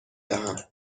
دهم